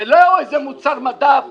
זה לא איזה מוצר מדף נצחי,